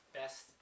best